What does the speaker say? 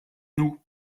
nous